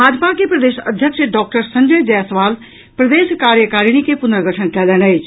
भाजपा के प्रदेश अध्यक्ष डॉक्टर संजय जायसवाल प्रदेश कार्यकारिणी के पुर्नगठन कयलनि अछि